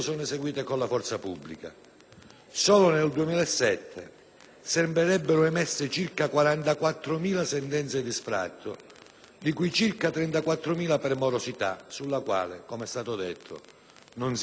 Solo nel 2007 sembra siano state emesse circa 44.000 sentenze di sfratto, di cui circa 34.000 per morosità, sulla quale, come è già stato sottolineato, non si interviene con questo decreto.